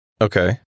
Okay